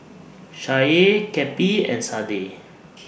Shae Cappie and Sadye